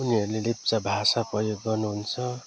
उनीहरूले लेप्चा भाषा प्रयोग गर्नुहुन्छ